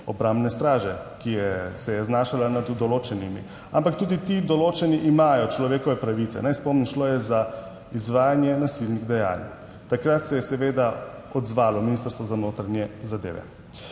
obrambne straže, ki se je znašala nad določenimi, ampak tudi ti določeni imajo človekove pravice. Naj spomnim, šlo je za izvajanje nasilnih dejanj. Takrat se je seveda odzvalo Ministrstvo za notranje zadeve.